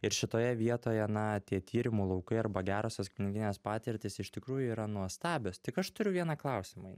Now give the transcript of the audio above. ir šitoje vietoje na tie tyrimų laukai arba gerosios klinikinės patirtys iš tikrųjų yra nuostabios tik aš turiu vieną klausimą